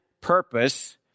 purpose